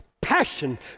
Passion